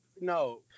no